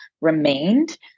remained